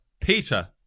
Peter